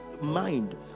mind